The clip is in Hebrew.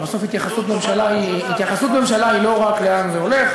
אבל בסוף התייחסות ממשלה היא לא רק לאן זה הולך.